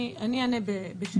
אני אענה בשם השב"ס.